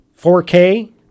4k